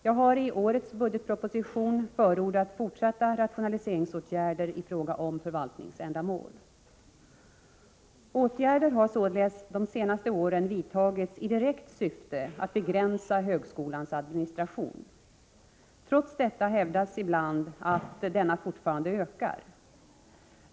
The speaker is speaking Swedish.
Jag har i årets budgetproposition förordat fortsatta rationaliseringsåtgärder i fråga om förvaltningsändamål. Åtgärder har således de senaste åren vidtagits i direkt syfte att begränsa högskolans administration. Trots detta hävdas ibland att denna fortfarande ökar.